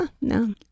No